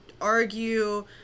argue